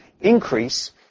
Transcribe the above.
increase